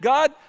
God